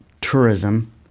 tourism